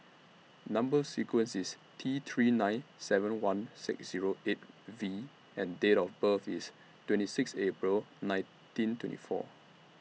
Number sequence IS T three nine seven one six Zero eight V and Date of birth IS twenty six April nineteen twenty four